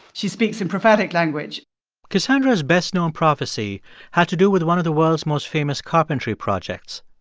she speaks in prophetic language cassandra's best-known prophecy had to do with one of the world's most famous carpentry projects,